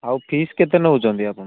ଆଉ ଫିସ୍ କେତେ ନେଉଛନ୍ତି ଆପଣ